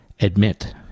admit